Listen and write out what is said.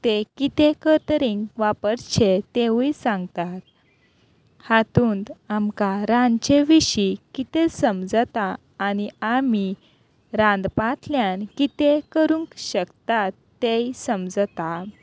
तें कितेंक तरेन वापरचें तेंवूय सांगतात हातूंत आमकां रांदचे विशीं कितें समजता आनी आमी रांदपांतल्यान कितें करूंक शकतात तेय समजता